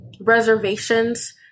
reservations